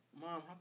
Mom